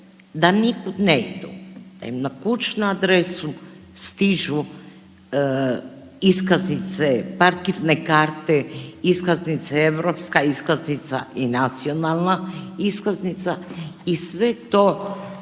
da nikud ne idu, da im na kućnu adresu stižu iskaznice, parkirne karte, iskaznice europska iskaznica i nacionalna iskaznica i sve to